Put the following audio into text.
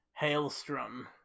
Hailstrom